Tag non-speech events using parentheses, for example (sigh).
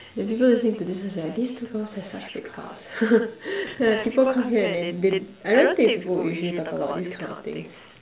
the people listening to this must be like these two girls have such big hearts (laughs) the people come here and then they I don't think that people will usually talk about this kind of things